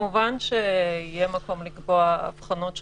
כמובן יהיה מקום לקבוע הבחנות שונות.